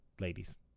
ladies